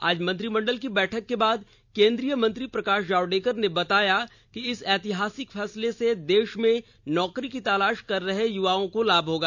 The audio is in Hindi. आज मंत्रिमंडल की बैठक के बाद केंद्रीय मंत्री प्रकाश जावडेकर ने बताया कि इस ऐतिहासिक फैसले से देश में नौकरी की तलाश कर रहे युवाओं को लाभ होगा